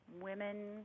women